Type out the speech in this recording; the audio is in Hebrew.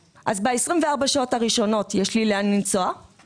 כשאני צריכה לעזוב את נתיב העשרה ב-04:30,